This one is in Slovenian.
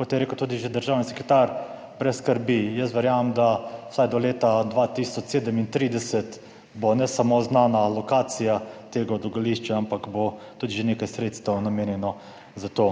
kot je rekel tudi že državni sekretar, brez skrbi, jaz verjamem, da vsaj do leta 2037 bo ne samo znana lokacija tega odlagališča, ampak bo tudi že nekaj sredstev namenjenih za to